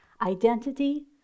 Identity